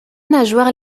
nageoires